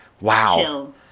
Wow